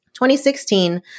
2016